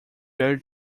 very